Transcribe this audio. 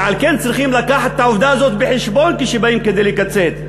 ועל כן צריכים להביא את העובדה הזאת בחשבון כשבאים לקצץ,